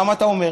למה אתה אומר?